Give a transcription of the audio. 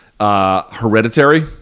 Hereditary